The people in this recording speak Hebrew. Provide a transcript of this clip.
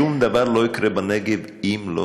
שום דבר לא יקרה בנגב אם לא